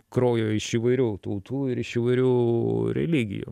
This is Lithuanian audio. kraujo iš įvairių tautų ir iš įvairių religijų